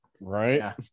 Right